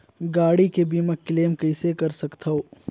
गाड़ी के बीमा क्लेम कइसे कर सकथव?